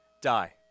Die